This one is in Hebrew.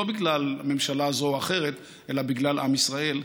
לא בגלל ממשלה זו או אחרת אלא בגלל עם ישראל,